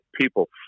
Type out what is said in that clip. people